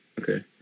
Okay